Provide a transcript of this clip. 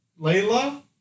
Layla